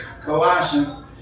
Colossians